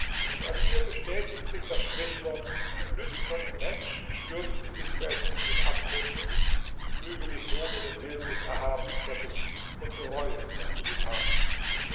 und an dir bestätigt sich das sprichwort lüsterne menschen stürzen sich selbst in den abgrund füge dich nun in den willen des erhabenen gottes und bereue was du getan